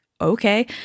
okay